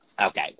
Okay